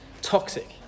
toxic